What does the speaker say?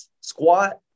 squat